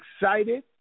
excited